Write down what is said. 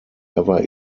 ever